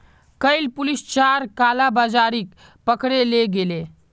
कइल पुलिस चार कालाबाजारिक पकड़े ले गेले